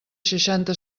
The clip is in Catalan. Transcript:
seixanta